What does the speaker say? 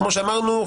כמו שאמרנו,